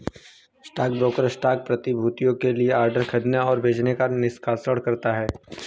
stockbroker stock प्रतिभूतियों के लिए ऑर्डर खरीदने और बेचने का निष्पादन करता है